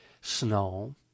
snow